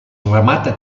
remata